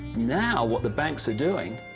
now, what the banks are doing,